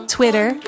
Twitter